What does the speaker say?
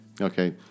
Okay